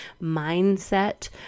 mindset